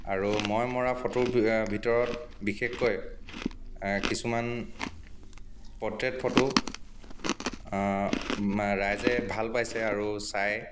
আৰু মই মৰা ফটোৰ ভিতৰত বিশেষকৈ কিছুমান পৰ্ট্ৰেইট ফটো ৰাইজে ভাল পাইছে আৰু চাই